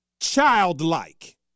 Childlike